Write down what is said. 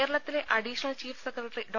കേരളത്തിലെ additional chief secretary ഡോ